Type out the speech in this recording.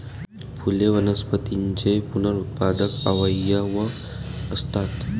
फुले वनस्पतींचे पुनरुत्पादक अवयव असतात